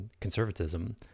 conservatism